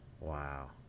Wow